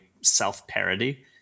self-parody